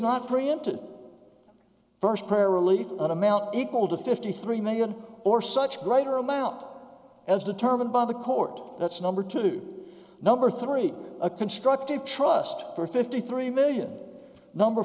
not preempted first prayer relief an amount equal to fifty three million or such greater him out as determined by the court that's number two number three a constructive trust for fifty three million number